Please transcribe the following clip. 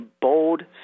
bold